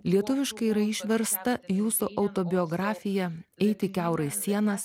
lietuviškai yra išversta jūsų autobiografija eiti kiaurai sienas